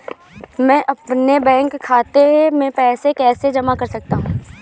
मैं अपने बैंक खाते में पैसे कैसे जमा कर सकता हूँ?